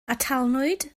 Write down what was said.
atalnwyd